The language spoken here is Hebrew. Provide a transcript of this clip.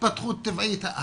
התפתחות טבעית.